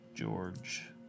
George